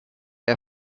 der